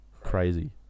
crazy